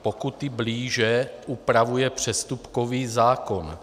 Pokuty blíže upravuje přestupkový zákon.